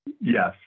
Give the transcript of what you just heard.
Yes